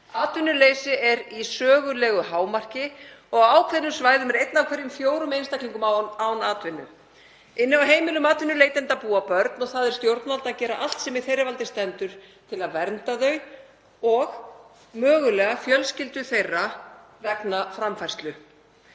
Atvinnuleysi er í sögulegu hámarki og á ákveðnum svæðum er einn af hverjum fjórum einstaklingum án atvinnu. Inni á heimilum atvinnuleitenda búa börn og það er stjórnvalda að gera allt sem í þeirra valdi stendur til að vernda þau og mögulega fjölskyldu þeirra vegna framfærslu.